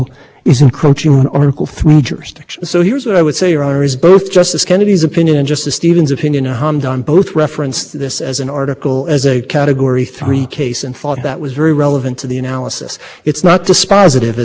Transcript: the international law or recognize incur a conspiracy that would really put our people and our military in some jeopardy and so i'm i just want to understand what you what role you think and what limits the